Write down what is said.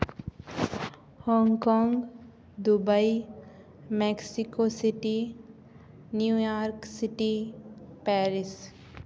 Hong Kong Dubai Mexico city New York city Paris